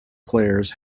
players